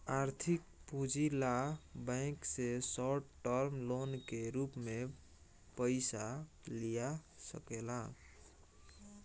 आर्थिक पूंजी ला बैंक से शॉर्ट टर्म लोन के रूप में पयिसा लिया सकेला